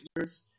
years